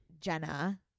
Jenna